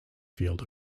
field